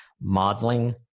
modeling